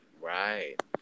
Right